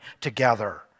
together